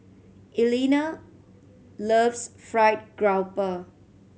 Elna loves fried grouper